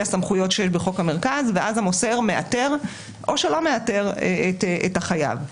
הסמכויות שיש בחוק המרכז ואז המוסר מאתר או שלא מאתר את החייב.